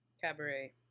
cabaret